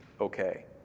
okay